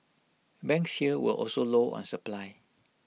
banks here were also low on supply